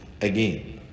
again